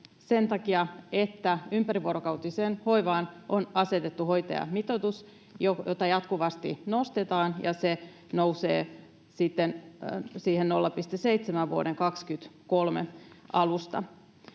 sen takia, että ympärivuorokautiseen hoivaan on asetettu hoitajamitoitus, jota jatkuvasti nostetaan. Se nousee sitten siihen